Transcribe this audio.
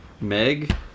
meg